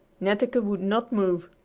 netteke would not move.